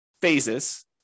phases